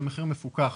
המחיר מפוקח.